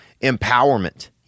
empowerment